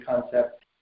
concept